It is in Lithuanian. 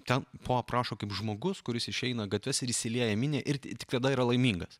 ten po aprašo kaip žmogus kuris išeina į gatves ir įsilieja į minią ir tik tada yra laimingas